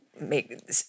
make